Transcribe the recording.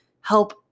help